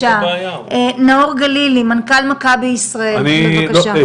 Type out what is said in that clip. נאור גלילי, מנכ"ל מכבי ישראל, בבקשה.